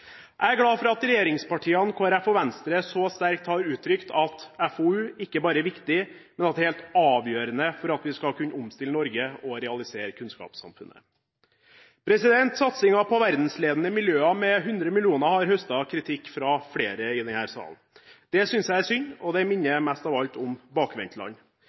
Jeg er glad for at regjeringspartiene, Kristelig Folkeparti og Venstre så sterkt har uttrykt at FoU ikke bare er viktig, men helt avgjørende for at vi skal kunne omstille Norge og realisere kunnskapssamfunnet. Satsingen på verdensledende miljøer med 100 mill. kr har høstet kritikk fra flere i denne salen. Det synes jeg er synd, og det minner mest av alt om bakvendtland.